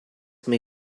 may